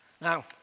Now